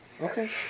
Okay